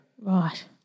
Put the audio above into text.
Right